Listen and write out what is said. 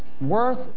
Worth